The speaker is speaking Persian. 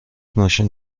ماشین